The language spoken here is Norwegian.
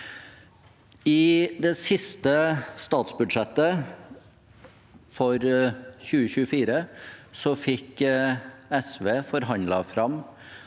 skog. I statsbudsjettet for 2024 fikk SV forhandlet fram